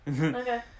Okay